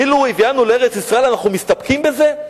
אילו הביאנו לארץ-ישראל, אנחנו מסתפקים בזה?